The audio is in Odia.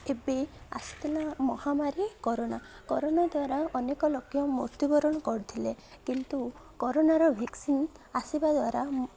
ଏବେ ଆସିଥିଲା ମହାମାରୀ କରୋନା କରୋନା ଦ୍ୱାରା ଅନେକ ଲୋକ ମୃତ୍ୟୁବରଣ କରୁଥିଲେ କିନ୍ତୁ କରୋନାର ଭ୍ୟାକ୍ସିନ୍ ଆସିବା ଦ୍ୱାରା